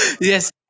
Yes